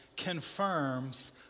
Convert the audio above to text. Confirms